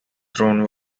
throne